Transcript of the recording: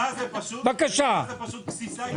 פריסה זה פשוט גסיסה איטית.